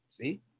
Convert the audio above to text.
See